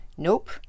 Nope